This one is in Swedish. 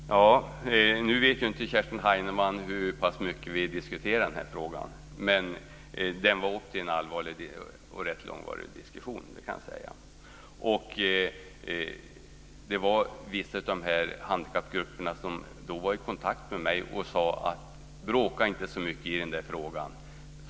Fru talman! Nu vet ju inte Kerstin Heinemann hur pass mycket vi diskuterade den här frågan. Den var uppe till en allvarlig och rätt långvarig diskussion; det kan jag säga. Vissa av handikappgrupperna var då i kontakt med mig och sade: Bråka inte så mycket i den frågan.